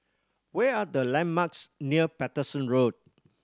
where are the landmarks near Paterson Road